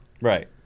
Right